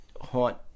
haunt